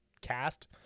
cast